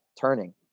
turning